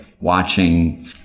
watching